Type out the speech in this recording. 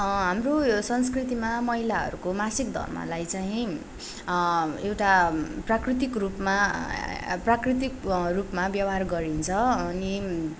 हाम्रो संस्कृतिमा महिलाहरूको मासिक धर्मलाई चाहिँ एउटा प्राकृतिक रूपमा प्राकृतिक रूपमा व्यवहार गरिन्छ अनि